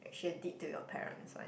she did to your parents like